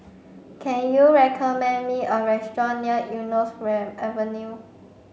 can you recommend me a restaurant near Eunos Avenue